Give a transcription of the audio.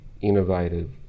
innovative